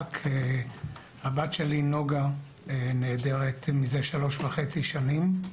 הבת שלי נוגה נעדרת מזה 3.5 שנים.